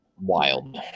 wild